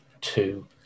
two